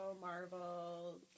Marvel